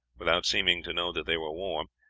without seeming to know that they were warm,